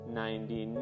ninety